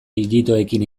ijitoekin